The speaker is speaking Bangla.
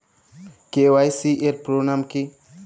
কে.ওয়াই.সি এর পুরোনাম কী?